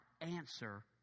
answer